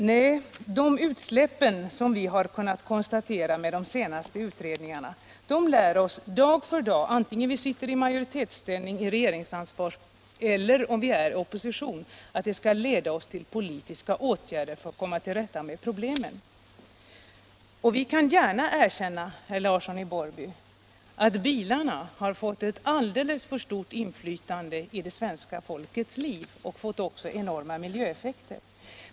Nej, de utsläpp som vi har kunnat konstatera i de senaste utredningarna lär oss dag för dag, vare sig vi sitter i regeringsställning eller befinner oss i opposition, att kunskaperna måste leda till politiska åtgärder för att man skall kunna komma till rätta med problemen. Vi kan gärna erkänna, herr Larsson i Borrby, att bilarna har fått ett alldeles för stort inflytande i svenskarnas liv och att de även medfört enorma miljöeffekter.